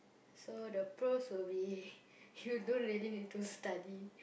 so the pros would be you don't really need to study